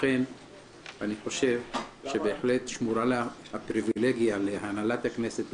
לכן אני חושב שבהחלט שמורה הפריבילגיה להנהלת הכנסת,